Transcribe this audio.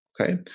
Okay